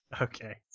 Okay